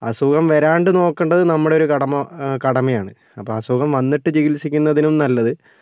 അസുഖം വരാണ്ട് നോക്കേണ്ടത് നമ്മുടെയൊരു കടമ കടമയാണ് അപ്പോൾ അസുഖം വന്നിട്ട് ചികിൽസിക്കുന്നതിനും നല്ലത്